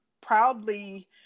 proudly